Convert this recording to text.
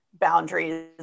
Boundaries